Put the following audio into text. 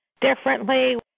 differently